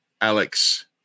Alex